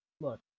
look